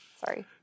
Sorry